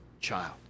child